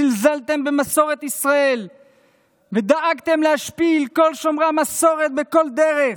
זלזלתם במסורת ישראל ודאגתם להשפיל את כל שומרי המסורת בכל דרך,